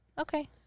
okay